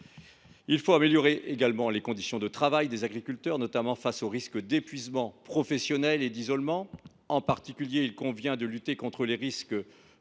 il faut améliorer les conditions de travail des agriculteurs, notamment face aux risques d’épuisement professionnel et d’isolement. En particulier, il convient de lutter contre les risques